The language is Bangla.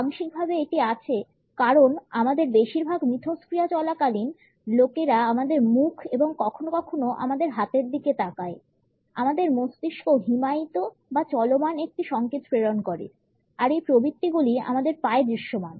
আংশিকভাবে এটি আছে কারণ আমাদের বেশিরভাগ মিথস্ক্রিয়া চলাকালীন লোকেরা আমাদের মুখ এবং কখনও কখনও আমাদের হাতের দিকে তাকায় আমাদের মস্তিষ্ক হিমায়িত বা চলমান একটি সংকেত প্রেরণ করে আর এই প্রবৃত্তিগুলি আমাদের পায়ে দৃশ্যমান